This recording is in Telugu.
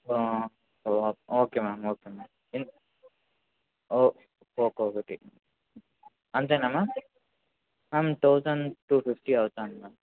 okay ma'am okay ma'am oh okay ఒకటి అంతేనా ma'am ma'am thousand two fifty అవుతోంది మ్యామ్